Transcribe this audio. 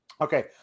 Okay